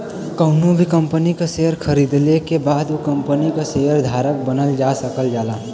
कउनो भी कंपनी क शेयर खरीदले के बाद उ कम्पनी क शेयर धारक बनल जा सकल जाला